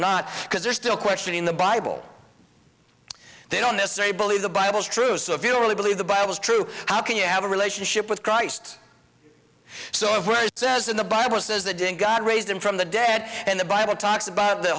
not because they're still questioning the bible they don't necessarily believe the bible is true so if you really believe the bible is true how can you have a relationship with christ so it says in the bible says the didn't god raised him from the dead and the bible talks about the